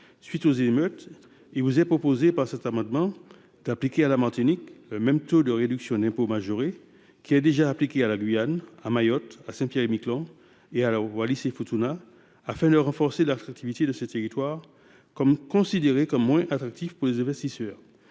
Calédonie, il est proposé, par cet amendement, d’étendre à la Martinique le taux de réduction d’impôt majoré qui est déjà appliqué à la Guyane, à Mayotte, à Saint Pierre et Miquelon et à Wallis et Futuna afin de renforcer l’attractivité de ces territoires, considérés comme moins attractifs pour les investisseurs.